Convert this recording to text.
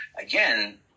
Again